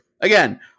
Again